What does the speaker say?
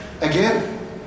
again